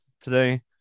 today